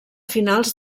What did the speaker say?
finals